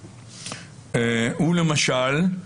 למשל,